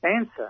answer